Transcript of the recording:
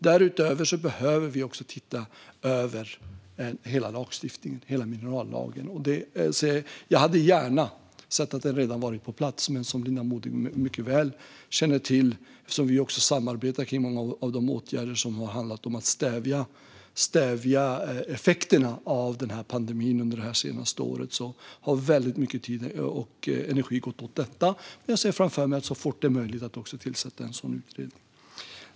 Därutöver behöver vi också titta över hela lagstiftningen, hela minerallagen. Jag hade gärna sett att det redan hade varit på plats, men som Linda Modig mycket väl känner till har vi under det senaste året också samarbetat kring många av de åtgärder som har handlat om att stävja effekterna av pandemin. Väldigt mycket tid och energi har gått till detta, men jag ser framför mig att så fort det är möjligt också tillsätta en sådan utredning.